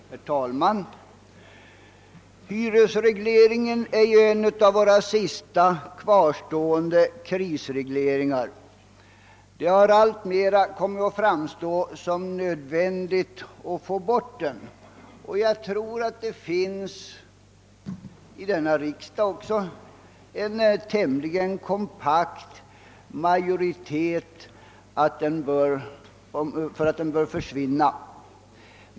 Herr talman! Hyresregleringen är en av våra sista kvarstående krisregleringar. Det har alltmer kommit att framstå som nödvändigt att få bort den. Jag tror att det även i riksdagen finns en tämligen kompakt majoritet som hyser uppfattningen att den bör försvinna.